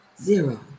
zero